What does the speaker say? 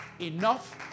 Enough